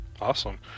Awesome